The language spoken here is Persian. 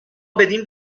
بدین